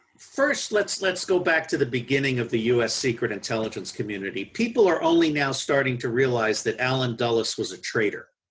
first, let's let's go back to the beginning of the u s. secret intelligence community, people are only now starting to realize that allen dulles was a traitor.